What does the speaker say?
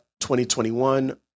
2021